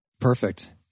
Perfect